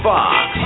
Fox